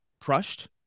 crushed